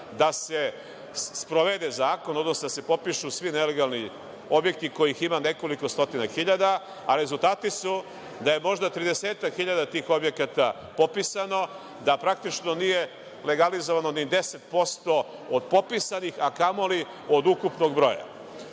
da se sprovede zakon, odnosno da se popišu svi nelegalni objekti kojih ima nekoliko stotina hiljada, a rezultati su da je možda tridesetak hiljada tih objekata popisano, da praktično nije legalizovano ni 10% od popisanih, a kamoli od ukupnog